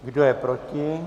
Kdo je proti?